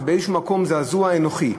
זה באיזה מקום זעזוע אנוכי,